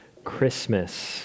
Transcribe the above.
Christmas